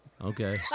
okay